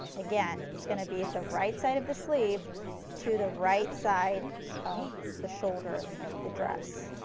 again it's going to be at the right side of the sleeve to the right side of the shoulder of the dress.